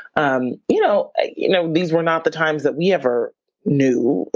um you know you know these were not the times that we ever knew,